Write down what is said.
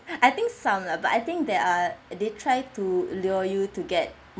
I think some lah but I think they are they try to lure you to get